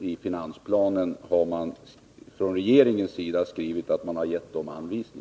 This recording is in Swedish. Sådana anvisningar har regeringen givit också i finansplanen.